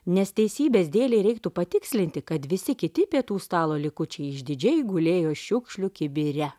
nes teisybės dėlei reiktų patikslinti kad visi kiti pietų stalo likučiai išdidžiai gulėjo šiukšlių kibire